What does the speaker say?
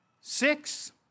Six